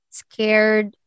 scared